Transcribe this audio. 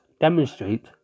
demonstrate